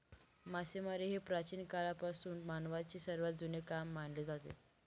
मासेमारी हे प्राचीन काळापासून मानवाचे सर्वात जुने काम मानले जाते